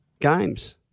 games